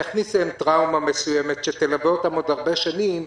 זה יכניס להם טראומה מסוימת שתלווה אותם עוד הרבה שנים?